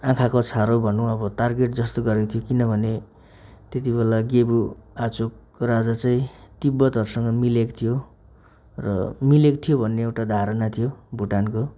आँखाको छारो भनौँ अब टारगेट जस्तो गरिएको थियो किनभने त्यति बेला गेबु आचुक राजा चाहिँ तिब्बतहरूसँग मिलेको थियो र मिलेको थियो भन्ने एउटा धारणा थियो भुटानको